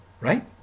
right